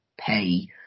pay